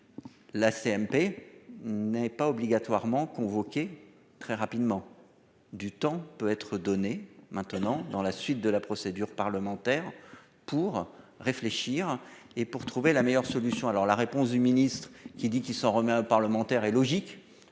La CMP n'est pas obligatoirement convoquée très rapidement du temps peut être donné maintenant dans la suite de la procédure parlementaire. Pour réfléchir et pour trouver la meilleure solution. Alors la réponse du ministre qui dit qu'il s'en remet parlementaire est logique